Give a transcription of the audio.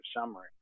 summary